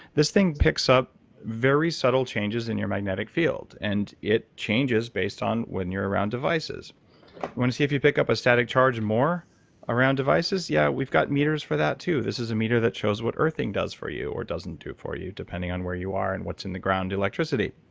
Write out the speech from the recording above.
this thing picks up very subtle changes in your magnetic field, and it changes based on when you're around devices. you want to see if you pick up a static charge more around devices? yeah, we've got meters for that too. this is a meter that shows what earthing does for you or doesn't do for you, depending on where you are and what's in the ground electricity.